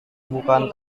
bukan